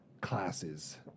classes